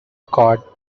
cod